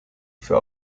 für